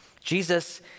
Jesus